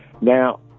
Now